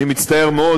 אני מצטער מאוד,